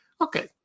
Okay